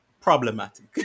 problematic